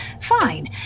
Fine